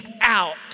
out